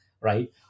right